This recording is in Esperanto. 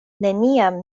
neniam